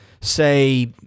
say